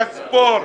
הספורט,